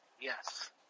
Yes